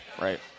right